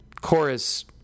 chorus